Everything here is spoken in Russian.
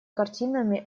картинами